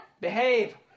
Behave